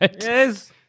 Yes